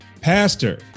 Pastor